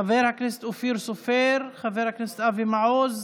חבר הכנסת אופיר סופר, חבר הכנסת אבי מעוז,